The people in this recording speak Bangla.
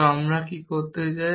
তো আমি কি করতে চাই